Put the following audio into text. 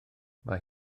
mae